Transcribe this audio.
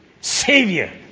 savior